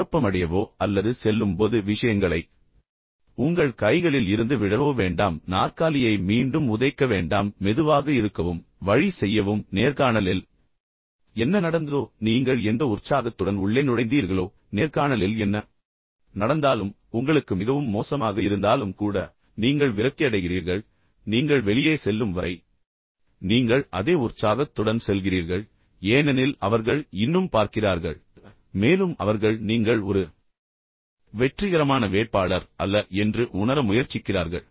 எனவே குழப்பமடையவோ அல்லது செல்லும் போது விஷயங்களை உங்கள் கைகளில் இருந்து விழவோ வேண்டாம் நாற்காலியை மீண்டும் உதைக்க வேண்டாம் மெதுவாக இழுக்கவும் வழி செய்ய வும் நேர்காணலில் என்ன நடந்ததோ நீங்கள் எந்த உற்சாகத்துடன் உள்ளே நுழைந்தீர்களோ நேர்காணலில் என்ன நடந்தாலும் உங்களுக்கு மிகவும் மோசமாக இருந்தாலும் கூட நீங்கள் விரக்தியடைகிறீர்கள் ஆனால் நீங்கள் வெளியே செல்லும் வரை நீங்கள் அதே உற்சாகத்துடன் செல்கிறீர்கள் ஏனெனில் அவர்கள் இன்னும் பார்க்கிறார்கள் மேலும் அவர்கள் நீங்கள் ஒரு வெற்றிகரமான வேட்பாளர் அல்ல என்று உணர முயற்சிக்கிறார்கள்